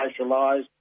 socialised